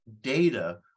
data